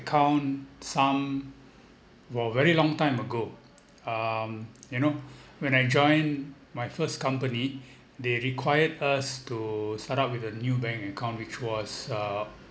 account some for very long time ago um you know when I joined my first company they required us to set out with a new bank account which was uh